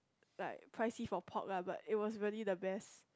like pricey for pork lah but it was really the best